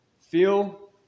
feel